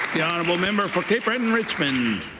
the honourable member for for um richmond.